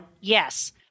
Yes